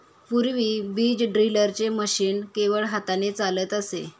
पूर्वी बीज ड्रिलचे मशीन केवळ हाताने चालत असे